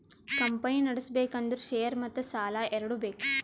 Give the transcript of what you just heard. company ನಡುಸ್ಬೆಕ್ ಅಂದುರ್ share ಮತ್ತ ಸಾಲಾ ಎರಡು ಬೇಕ್